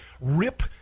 rip